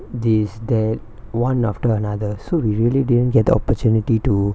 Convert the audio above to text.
this that [one] after another so we really didn't get the opportunity to